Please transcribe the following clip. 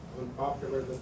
unpopular